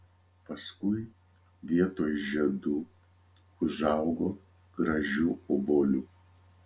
paskui vietoj žiedų užaugo gražių obuolių